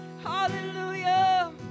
Hallelujah